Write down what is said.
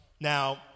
Now